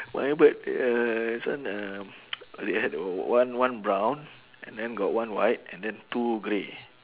my bird uh this one uh they had o~ one one brown and then got one white and then two grey